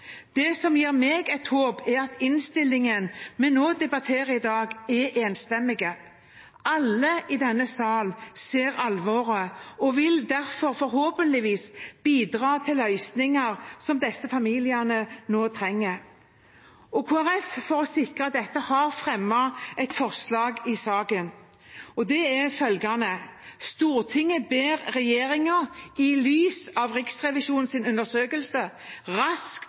Det som gir meg et håp, er at innstillingen vi debatterer i dag, er enstemmig. Alle i denne sal ser alvoret og vil forhåpentligvis derfor bidra til løsninger som disse familiene nå trenger. Kristelig Folkeparti har for å sikre dette fremmet et forslag i saken, og det er følgende: «Stortinget ber regjeringen, i lys av Riksrevisjonens undersøkelse, raskt